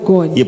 God